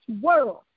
world